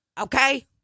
okay